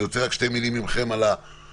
אני רוצה רק שתי מילים מכם על מה